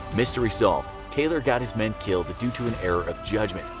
mystery solved taylor got his men killed due to an error of judgment,